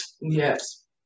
Yes